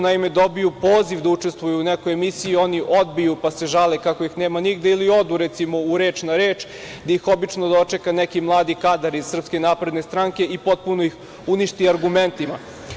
Naime, oni dobiju poziv da učestvuju u nekoj emisiju, odbiju, pa se žale kako ih nema nigde ili odu u, recimo, „Reč na reč“ gde ih obično dočeka neki mladi kadar iz SNS i potpuno ih uništi argumentima.